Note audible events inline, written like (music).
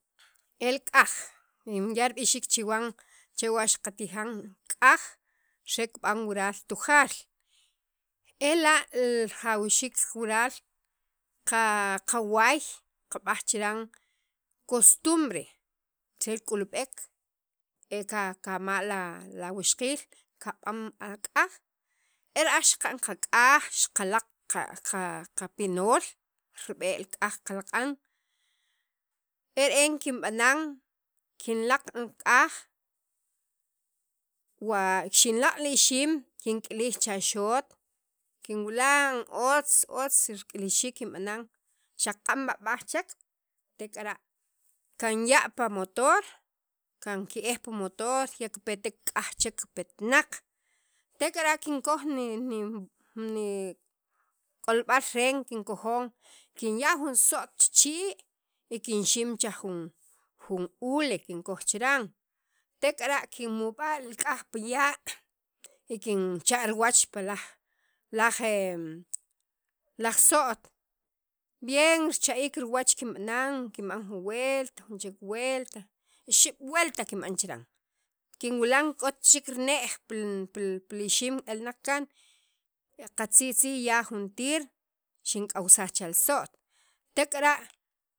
el k'aj kinya' rib'ixiik chawan xa qatijan k'aj re kib'an wural tujaal ela' rajawxiik waral qa qawaay qab'aj chiran costumbre chel k'ulb'ek e kak'ama' la wixqiil kab'an ak'aj era'aj xaqalaq' qa qapinol rib'e' li k'aj kalaq'an ere'en kinb'anan kinlaq' k'aj wa xinlaq' li ixiim kink'ilij cha xot kinwilan otz otz rik'ilxiik kinb'anan xaq q'anb'ab'aj chek tek'ara' kinya' pi motor kanke'ej pi motor ya kipetek k'aj chek kapanaq tek'ara' kinkoj ni ni k'olb'al re'en kinkojon kinya' jun so't chi chii' y kinxim che jun hule kinkoj chiran tek'ara' kinmub'a' li k'aj pi ya' y kincha riwach pi laj laj (hesitation) laj so't bien cha'iik riwach kinb'anan kinb'an ju wultaj jun chek welta ixeb' wuelta kinb'an chiran kinwilan k'ot chek li ne'j pil pil ixiim alnaq kaan qatzijtzaij ya juntir xink'awsaj che li so't tek'ara'.